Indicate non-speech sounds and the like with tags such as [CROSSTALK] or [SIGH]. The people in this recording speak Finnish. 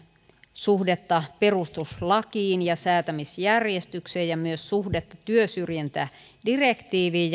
suhdetta perustuslakiin ja säätämisjärjestykseen ja myös suhdetta työsyrjintädirektiiviin [UNINTELLIGIBLE]